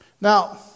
Now